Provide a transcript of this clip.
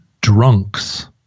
drunks